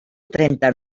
trenta